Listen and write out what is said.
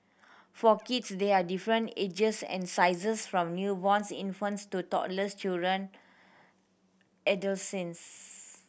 for kids there are different ages and sizes from newborns infants to toddlers children